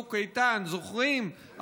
צוק איתן, זוכרים?